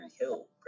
Hill